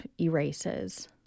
erases